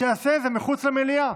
שיעשה את זה מחוץ למליאה.